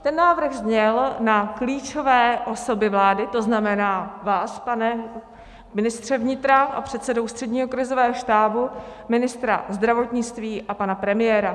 Ten návrh zněl na klíčové osoby vlády, to znamená vás, pane ministře vnitra a předsedo Ústředního krizového štábu, ministra zdravotnictví a pana premiéra.